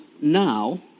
now